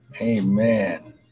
Amen